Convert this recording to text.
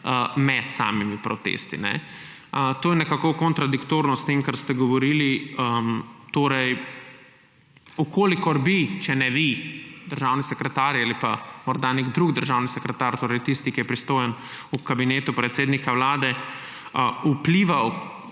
med samimi protesti. To je kontradiktorno s tem, kar ste govorili. Če bi, če ne vi, državni sekretar ali pa morda nek drug državni sekretar, torej tisti, ki je pristojen v Kabinetu predsednika Vlade, vplival